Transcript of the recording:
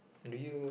do you